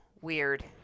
weird